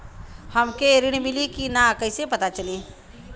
हमके ऋण मिली कि ना कैसे पता चली?